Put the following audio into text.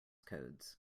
codes